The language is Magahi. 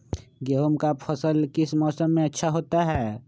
गेंहू का फसल किस मौसम में अच्छा होता है?